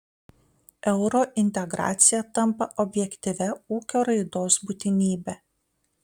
eurointegracija tampa objektyvia ūkio raidos būtinybe